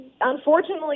unfortunately